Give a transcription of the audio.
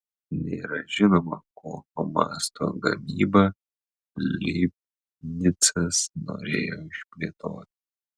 nėra žinoma kokio masto gamybą leibnicas norėjo išplėtoti